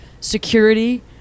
security